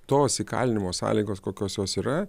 tos įkalinimo sąlygos kokios jos yra